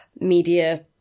media